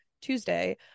Tuesday